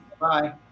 Bye